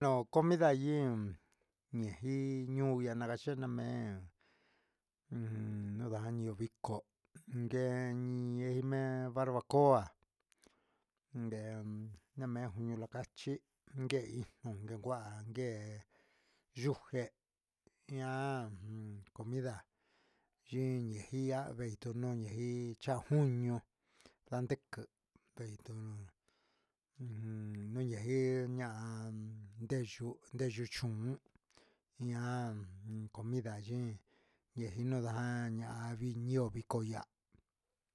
Comida yɨɨ in ñuun ya naraxee na mee nda cuu vico yee mee barbacoa nde mei juña jachi guehi cun cuaguee juje ian comida xii nia tunum gia cuñu sindiqui niñajii ñahan nde xuxu ñuun ñaan comida ji yejina naa ñahan yoo vitu ña